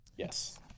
Yes